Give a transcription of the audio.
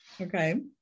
Okay